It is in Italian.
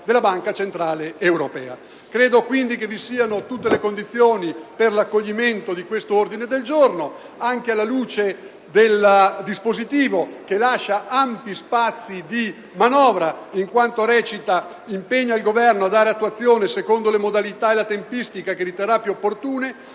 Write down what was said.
della Banca centrale europea. Credo, quindi, che vi siano tutte le condizioni per l'accoglimento di questo ordine del giorno, anche alla luce del dispositivo che lascia ampi spazi di manovra, in quanto recita: «impegna il Governo a dare attuazione, secondo le modalità e la tempistica che riterrà più opportune,